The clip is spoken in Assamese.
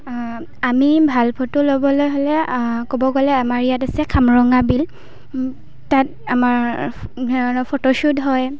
আমি ভাল ফটো লব'লৈ হ'লে ক'ব গ'লে আমাৰ ইয়াত আছে খামৰঙা বিল তাত আমাৰ ধৰণৰ ফটো শ্বুট হয়